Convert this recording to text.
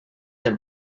him